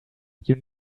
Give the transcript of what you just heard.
you